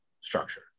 structure